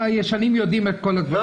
הישנים יודעים את כל הדברים האלה.